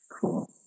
Cool